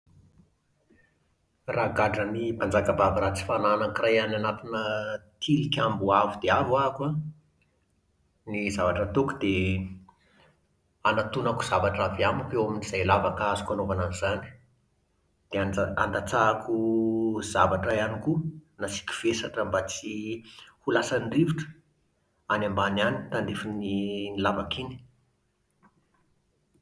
Raha gadran'ny mpanjakavavy ratsy fanahy anankiray any anatina tilikambo avo dia avo ah-ako an, ny zavatra ataoko dia anantonako zavatra avy amiko eo amin'izay lavaka azoko anaovana an'izany, Dia and-andatsahako zavatra ihany koa nasiako vesatra mba tsy ho lasan'ny rivotra any ambany any, tandrifin'ny iny lavaka iny